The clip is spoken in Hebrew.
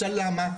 למה?